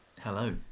hello